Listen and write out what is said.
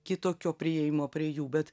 kitokio priėjimo prie jų bet